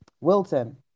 wilton